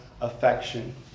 affection